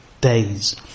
days